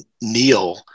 Neil